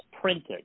printed